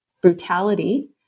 brutality